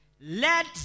Let